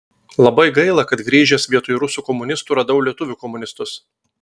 labai gaila kad grįžęs vietoj rusų komunistų radau lietuvių komunistus